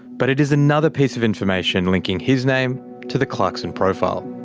but it is another piece of information linking his name to the clarkson profile.